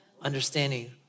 Understanding